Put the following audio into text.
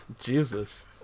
Jesus